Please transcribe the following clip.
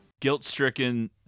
Guilt-stricken